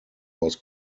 was